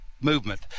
movement